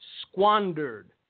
squandered